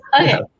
okay